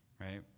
right